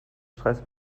stress